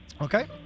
Okay